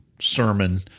sermon